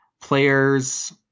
players